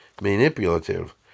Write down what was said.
manipulative